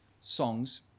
songs